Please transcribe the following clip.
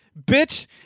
bitch